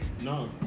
No